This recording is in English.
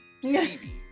Stevie